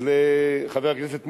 חבר הכנסת מולה,